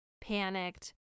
panicked